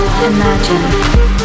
Imagine